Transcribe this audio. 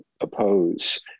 oppose